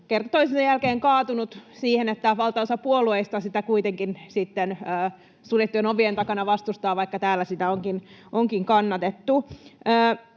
kerta toisensa jälkeen kaatunut siihen, että valtaosa puolueista sitä kuitenkin sitten suljettujen ovien takana vastustaa, vaikka täällä sitä onkin kannatettu.